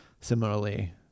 similarly